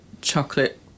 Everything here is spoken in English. chocolate